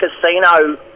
Casino